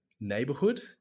neighborhood